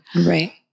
Right